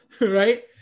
Right